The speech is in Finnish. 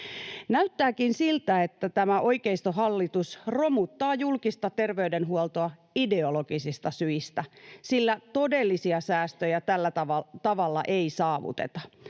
Näyttääkin siltä, että tämä oikeistohallitus romuttaa julkista terveydenhuoltoa ideologisista syistä, sillä todellisia säästöjä tällä tavalla ei saavuteta,